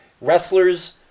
wrestlers